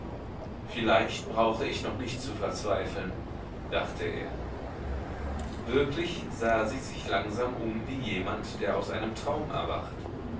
vielleicht brauche ich noch nicht zu verzweifeln dachte er wirklich sah sie sich langsam um wie jemand der aus einem traum erwacht